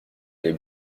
les